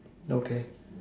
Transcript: okay